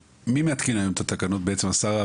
זה, מי מעדכן היום את התקנות, בעצם, השר?